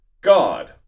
God